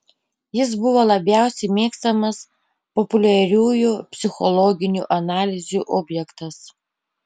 jis buvo labiausiai mėgstamas populiariųjų psichologinių analizių objektas